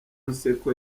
nseko